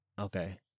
Okay